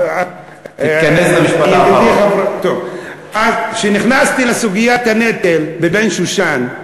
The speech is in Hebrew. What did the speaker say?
אז כשנכנסתי לסוגיית הנטל באבן-שושן,